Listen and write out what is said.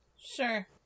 Sure